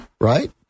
Right